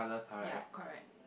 ya correct